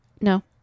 No